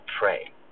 pray